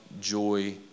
joy